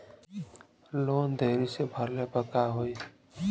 Loan देरी से भरले पर का होई?